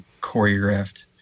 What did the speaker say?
choreographed